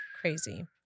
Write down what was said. crazy